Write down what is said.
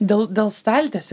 dėl dėl staltiesių